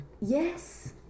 Yes